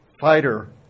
fighter